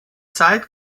zeit